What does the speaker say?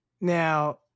Now